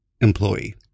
employee